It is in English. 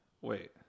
Wait